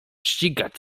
ścigać